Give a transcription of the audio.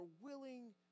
willing